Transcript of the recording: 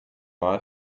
mal